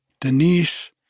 Denise